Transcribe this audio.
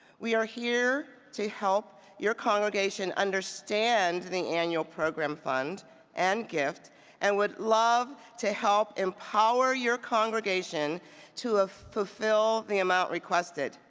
we are here to help your congregation understand the annual program fund and gift and would love to help empower your congregation to ah fulfill the amount requested.